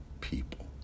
people